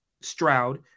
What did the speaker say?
Stroud